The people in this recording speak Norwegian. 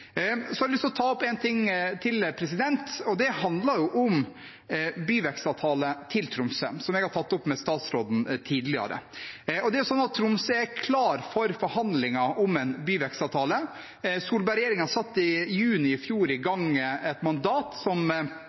har lyst til å ta opp en ting til. Det handler om byvekstavtale for Tromsø, som jeg har tatt opp med statsråden tidligere. Tromsø er klar for forhandlinger om en byvekstavtale. Solberg-regjeringen satte i juni i fjor i gang et arbeid med å lage et mandat, som